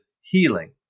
healing